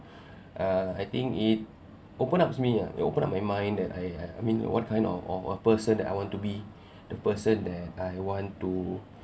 uh I think it opens up me uh open up my mind uh I I mean what kind of person that I want to be the person that I want to